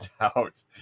out